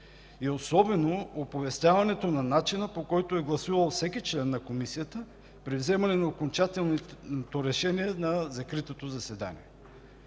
и особено оповестяването на начина, по който е гласувал всеки член на Комисията при вземане на окончателното решение на закритото заседание.